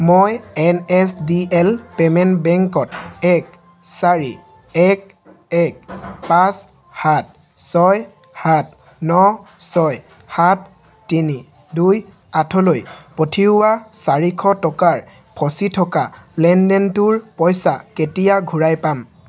মই N S D L payment বেংকত এক চাৰি এক এক পাঁচ সাত ছয় সাত ন ছয় সাত তিনি দুই আঠলৈ পঠিওৱা চাৰিশ টকাৰ ফচি থকা লেনদেনটোৰ পইচা কেতিয়া ঘূৰাই পাম